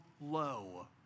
low